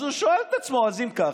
אז הוא שואל את עצמו: אז אם ככה,